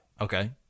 Okay